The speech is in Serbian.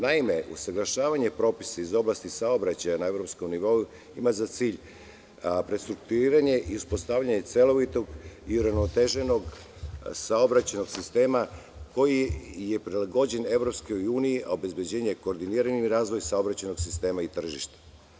Naime, usaglašavanje propisa saobraćaja na evropskom nivou ima za cilj restrukturiranje i postavljanje celovitog i uravnoteženog saobraćajnog sistema koji je prilagođen EU, a obezbeđuje koordinirani rad i razvoj saobraćajnog sistema i tržišta.